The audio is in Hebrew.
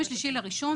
בינואר,